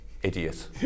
Idiot